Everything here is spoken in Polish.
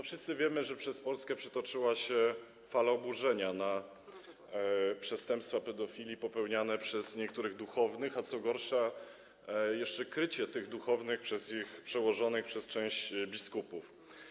Wszyscy wiemy, że przez Polskę przetoczyła się fala oburzenia na przestępstwa pedofilii popełniane przez niektórych duchownych, a co gorsza, jeszcze krycie tych duchownych przez ich przełożonych, przez część biskupów.